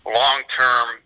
long-term